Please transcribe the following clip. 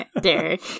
Derek